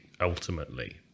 ultimately